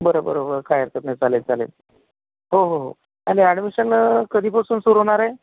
बरं बरं बरं काय हरकत नाही चालेल चालेल हो हो हो आणि ॲडमिशन कधीपासून सुरू होणार आहे